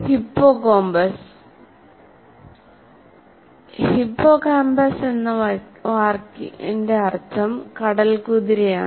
hippocampus hippocampus എന്ന വാക്കിന്റെ അർഥം കടൽകുതിരയാണ്